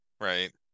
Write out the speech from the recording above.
Right